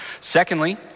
secondly